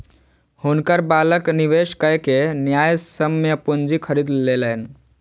हुनकर बालक निवेश कय के न्यायसम्य पूंजी खरीद लेलैन